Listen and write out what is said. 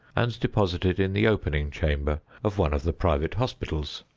and deposited in the opening chamber of one of the private hospitals.